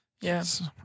Yes